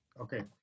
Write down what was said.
Okay